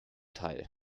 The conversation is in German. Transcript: teil